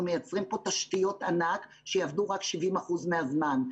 אנחנו מייצרים פה תשתיות ענק שיעבדו רק 70% מהזמן.